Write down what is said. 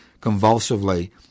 convulsively